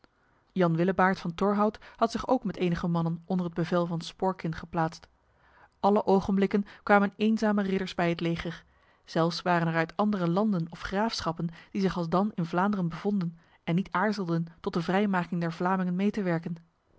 jan willebaert van torhout had zich ook met enige mannen onder het bevel van sporkyn geplaatst alle ogenblikken kwamen eenzame ridders bij het leger zelfs waren er uit andere landen of graafschappen die zich alsdan in vlaanderen bevonden en niet aarzelden tot de vrijmaking der vlamingen mee te werken